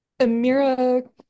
Amira